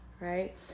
Right